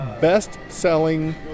best-selling